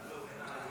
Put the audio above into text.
אין עליך.